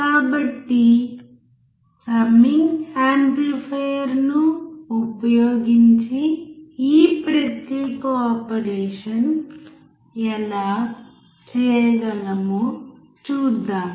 కాబట్టి సమ్మింగ్ యాంప్లిఫైయర్ను ఉపయోగించి ఈ ప్రత్యేక ఆపరేషన్ ఎలా చేయగలమో చూద్దాం